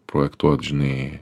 projektuot žinai